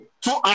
Two